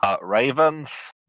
Ravens